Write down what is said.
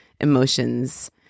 emotions